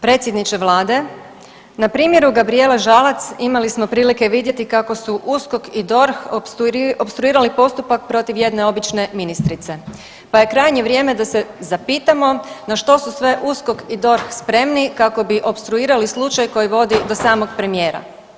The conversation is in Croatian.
Predsjedniče Vlade na primjeru Gabrijela Žalac imali smo prilike vidjeti kako su USKOK i DORH opstruirali postupak protiv jedne obične ministrice, pa je krajnje vrijeme da se zapitamo na što su sve USKOK i DORH spremni kako bi opstruirali slučaj koji vodi do samog premijera.